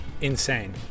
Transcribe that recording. insane